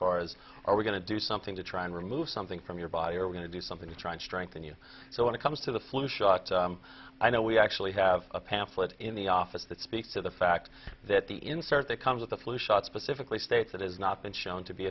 far as are we going to do something to try and remove something from your body or we're going to do something to try and strengthen you so when it comes to the flu shots i know we actually have a pamphlet in the office that speaks to the fact that the insert that comes with a flu shot specifically states that has not been shown to be